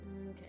Okay